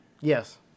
Yes